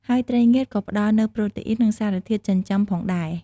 ហើយត្រីងៀតក៏ផ្តល់នូវ ប្រូតេអ៊ីន និងសារធាតុចិញ្ចឹម ផងដែរ។